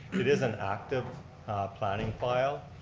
it is an active planning file.